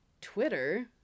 Twitter